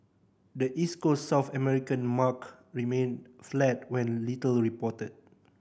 the East Coast South American market remained flat with little reported